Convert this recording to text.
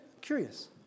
Curious